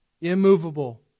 immovable